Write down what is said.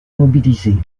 mobilisés